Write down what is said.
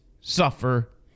suffer